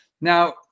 now